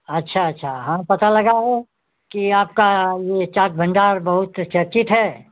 अच्छा अच्छा हाँ पता लगा है कि आपका ये चाट भंडार बहुत चर्चित है